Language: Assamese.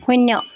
শূন্য